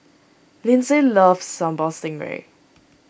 Lyndsay loves Sambal Stingray